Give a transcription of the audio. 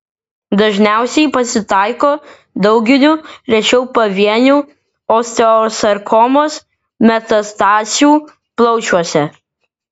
dažniausiai pasitaiko dauginių rečiau pavienių osteosarkomos metastazių plaučiuose